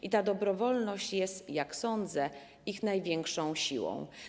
I ta dobrowolność jest, jak sądzę, ich największą siłą.